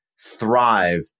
thrive